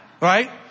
right